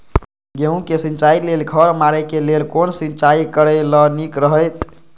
गेहूँ के सिंचाई लेल खर मारे के लेल कोन सिंचाई करे ल नीक रहैत?